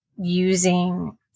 using